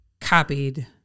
copied